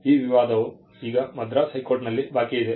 ಈ ವಿವಾದವು ಈಗ ಮದ್ರಾಸ್ ಹೈಕೋರ್ಟ್ನಲ್ಲಿ ಬಾಕಿ ಇದೆ